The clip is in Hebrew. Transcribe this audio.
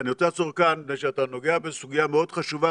אני רוצה לעצור מפני שאתה נוגע בסוגיה מאוד חשובה,